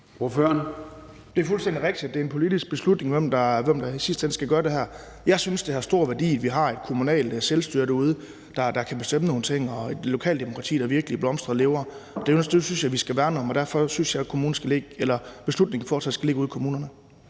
Det er fuldstændig rigtigt, at det er en politisk beslutning, hvem der i sidste ende skal gøre det her. Jeg synes, det har stor værdi, at vi har et kommunalt selvstyre derude, der kan bestemme nogle ting, og et lokalt demokrati, der virkelig blomstrer og lever. Det synes jeg vi skal værne om, og derfor synes jeg, beslutningen fortsat skal ligge ude i kommunerne.